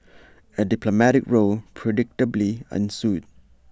A diplomatic row predictably ensued